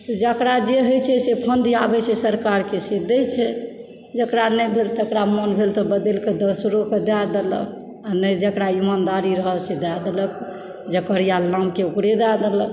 जेकरा जे होइ छै से फण्ड दिआबै छै सरकारके से दै छै जेकरा नहि भेल तऽ मन भेल तऽ बदैल कऽ दोसरोके दए देलक आ नहि जेकरा ईमानदारी रहल से दए देलक जेकर यऽ ओकर लानिके ओकरे दए देलक